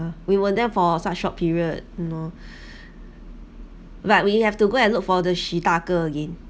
we were there for such short period no but we have to go and look for the shi da ge again